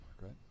right